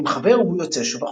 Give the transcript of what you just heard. עם חבר, הוא יוצא שוב החוצה.